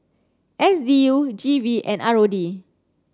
S D U G V and R O D